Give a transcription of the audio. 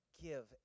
give